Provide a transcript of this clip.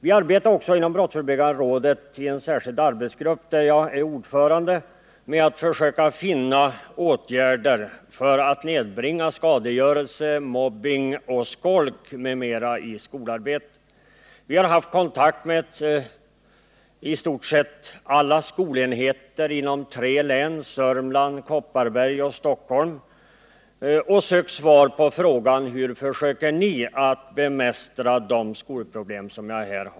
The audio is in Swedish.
Vi arbetar också inom brottsförebyggande rådet — i en särskild arbetsgrupp där jag är ordförande — med att försöka finna åtgärder för att nedbringa skadegörelse, mobbning, skolk m.m. i skolarbetet. Vi har haft kontakt med i stort sett alla skolenheter i tre län — Södermanlands, Kopparbergs och Stockholms län — och sökt svar på frågan: Hur försöker ni bemästra dessa skolproblem?